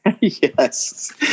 Yes